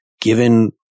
given